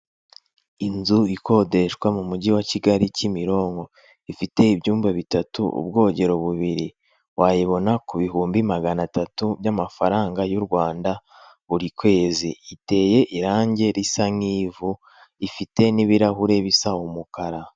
Inzu ikodeshwa mu mujyi wa Kigali Kimironko, ifite ibyumba bitatu, ubwogero bubiri wayibona ku bihumbi magana atatu by'amafaranga y'u Rwanda buri kwezi, iteye irangi risa nk'ivu ifite n'ibirahure bisa umukara.